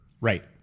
Right